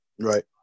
Right